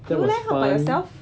you leh how about yourself